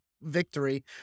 victory